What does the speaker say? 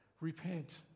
Repent